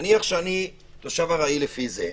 נאמר שאני תושב ארעי לפי זה,